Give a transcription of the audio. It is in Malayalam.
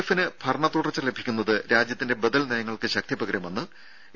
എഫിന് ഭരണത്തുടർച്ച ലഭിക്കുന്നത് രാജ്യത്തിന്റെ ബദൽ നയങ്ങൾക്ക് ശക്തിപകരുമെന്ന് എ